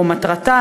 או מטרתה,